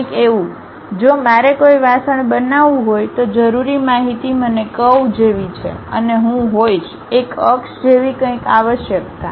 કંઈક એવું જો મારે કોઈ વાસણ બનાવવું હોય તો જરૂરી માહિતી મને કરવ જેવી છે અને હું હોઈશ એક અક્ષ જેવી કંઈક આવશ્યકતા